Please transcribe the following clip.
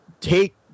take